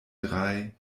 drei